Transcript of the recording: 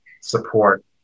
support